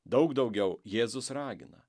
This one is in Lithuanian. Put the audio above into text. daug daugiau jėzus ragina